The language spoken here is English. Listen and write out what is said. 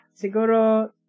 Siguro